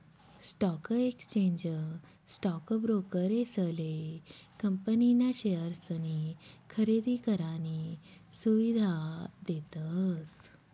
stock exchange stock ब्रोकरेसले company ना शेअर्सनी खरेदी करानी सुविधा देतस